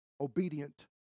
obedient